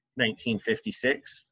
1956